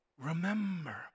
remember